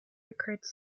records